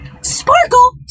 Sparkle